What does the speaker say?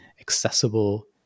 accessible